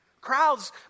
Crowds